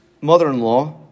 mother-in-law